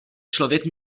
člověk